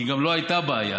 כי גם לא הייתה בעיה.